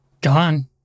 gone